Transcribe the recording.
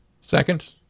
Second